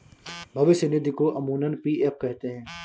भविष्य निधि को अमूमन पी.एफ कहते हैं